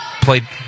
played